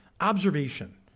observation